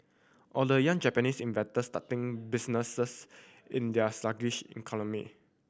or the young Japanese inventors starting businesses in their sluggish economy